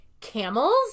camels